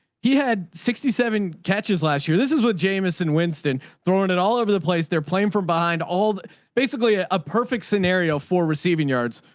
he had sixty seven catches last year. this is what jamison winston throwing it all over the place they're playing for behind all, basically ah a perfect scenario for receiving yards.